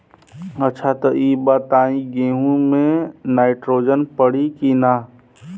अच्छा त ई बताईं गेहूँ मे नाइट्रोजन पड़ी कि ना?